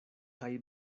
kaj